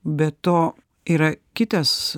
be to yra kitas